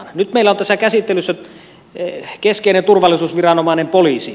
nyt meillä on tässä käsittelyssä keskeinen turvallisuusviranomainen poliisi